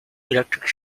electric